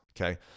okay